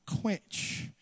quench